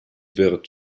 wirt